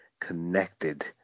connected